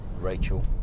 Rachel